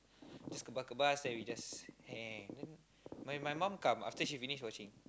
just kebas kebas then we just hang then my my mom come after she finish watching